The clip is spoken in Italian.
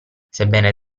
sebbene